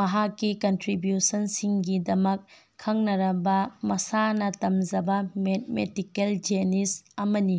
ꯃꯈꯥꯛꯀꯤ contribution ꯁꯤꯡꯒꯤꯗꯃꯛ ꯈꯪꯅꯔꯕ ꯃꯁꯥꯅ ꯇꯝꯖꯕ ꯃꯦꯠꯃꯦꯇꯤꯀꯦꯜ ꯖꯦꯅꯤꯁ ꯑꯃꯅꯤ